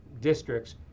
districts